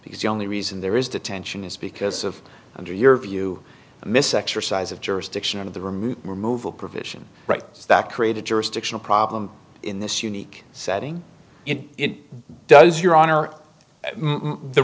because the only reason there is detention is because of under your view the miss exercise of jurisdiction of the removal provision rights that created jurisdictional problem in this unique setting it does your honor the